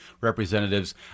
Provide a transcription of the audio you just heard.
representatives